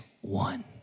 one